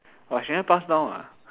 !wah! she never pass down ah